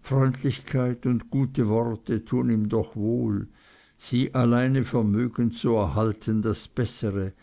freundlichkeit und gute worte tun ihm doch wohl sie alleine vermögen zu erhalten das bessere